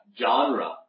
genre